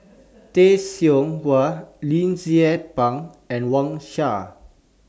Tay Seow Huah Lim Tze Peng and Wang Sha